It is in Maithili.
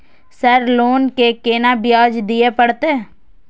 सर लोन के केना ब्याज दीये परतें?